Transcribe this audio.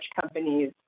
companies